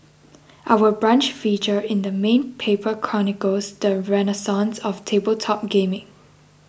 Our Brunch feature in the main paper chronicles the renaissance of tabletop gaming